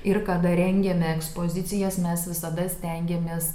ir kada rengiame ekspozicijas mes visada stengiamės